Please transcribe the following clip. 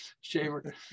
shaver